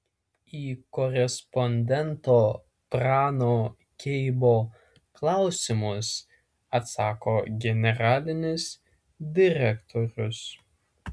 į korespondento prano keibo klausimus atsako generalinis direktorius